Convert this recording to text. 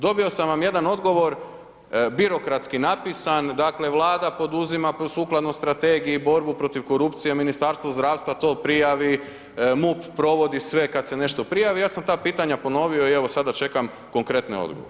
Dobio sam vam jedan odgovor birokratski napisan, dakle, Vlada poduzima sukladno strategiji borbu protiv korupcije, Ministarstvo zdravstva to prijavi, MUP provodi kad se nešto prijavi, ja sam ta pitanja ponovio i evo sada čekam konkretne odgovore.